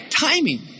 timing